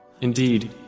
Indeed